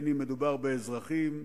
אם מדובר באזרחים,